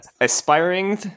aspiring